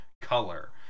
color